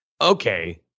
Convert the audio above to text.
okay